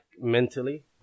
mentally